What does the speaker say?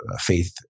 faith